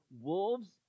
wolves